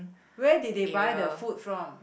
where did they buy the food from